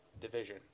Division